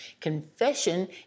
Confession